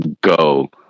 go